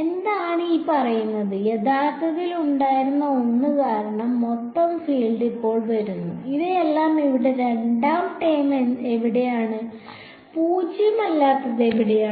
എന്താണ് ഈ പറയുന്നത് യഥാർത്ഥത്തിൽ ഉണ്ടായിരുന്ന ഒന്ന് കാരണം മൊത്തം ഫീൽഡ് ഇപ്പോൾ വരുന്നു ഇവയെല്ലാം ഇവിടെ രണ്ടാം ടേം എവിടെയാണ് 0 അല്ലാത്തത് എവിടെയാണ്